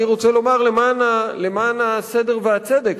אני רוצה לומר למען הסדר והצדק,